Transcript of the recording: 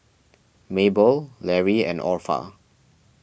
Mabel Larry and Orpha